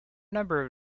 number